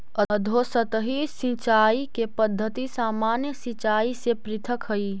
अधोसतही सिंचाई के पद्धति सामान्य सिंचाई से पृथक हइ